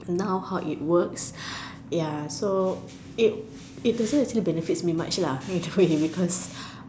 now how it works ya so it it doesn't actually benefits me much in a way because